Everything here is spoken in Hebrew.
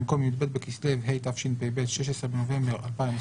במקום י"ב בכסלו התשפ"ב (16 בנובמבר 2021)